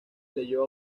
leyó